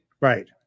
Right